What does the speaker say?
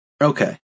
Okay